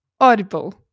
Audible